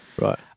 right